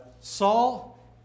Saul